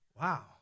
Wow